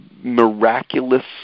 miraculous